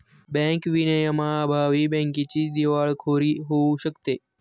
bank विनियमांअभावी बँकेची दिवाळखोरी होऊ शकते